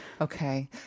Okay